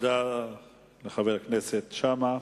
תודה לחבר הכנסת שאמה.